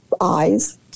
eyes